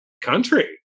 country